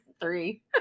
three